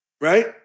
Right